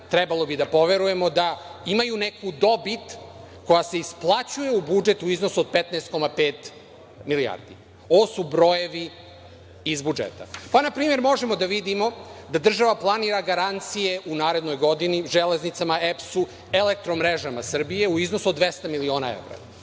trebalo bi da poverujemo da imaju neku dobit koja se isplaćuju u budžet u iznosu od 15,5 milijardi. Ovo su brojevi iz budžeta. Pa, na primer, možemo da vidimo da država planira garancije u narednoj godini, „Železnicama“, EPS-u, „Elektromrežama Srbije“ u iznosu od 200 miliona